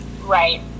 Right